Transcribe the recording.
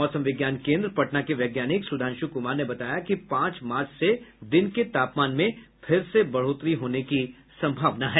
मौसम विज्ञान केन्द्र पटना के वैज्ञानिक सुधांशु कुमार ने बताया कि पांच मार्च से दिन के तापमान में फिर से बढ़ोतरी होने की संभावना है